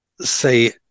say